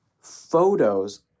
photos